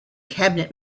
cabinet